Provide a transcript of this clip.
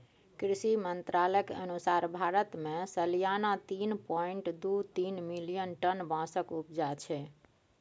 कृषि मंत्रालयक अनुसार भारत मे सलियाना तीन पाँइट दु तीन मिलियन टन बाँसक उपजा छै